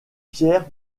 pierre